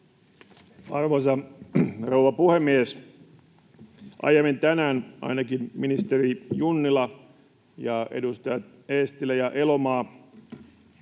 Arvoisa rouva puhemies! Aiemmin tänään ainakin ministeri Junnila ja edustajat Eestilä ja Elomaa